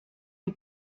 die